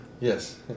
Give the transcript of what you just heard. Yes